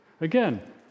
Again